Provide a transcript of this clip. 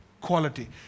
quality